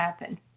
happen